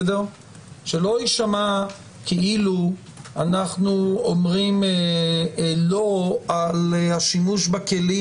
שלא יישמע כאילו אנחנו אומרים לא על השימוש בכלים